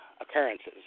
occurrences